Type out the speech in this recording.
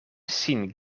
sin